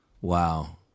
Wow